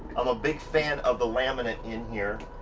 i'm a big fan of the laminate in here.